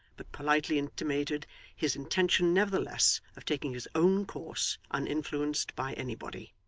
but politely intimated his intention nevertheless of taking his own course uninfluenced by anybody.